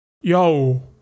yo